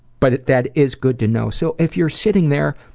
but that is good to know. so if you're sitting there,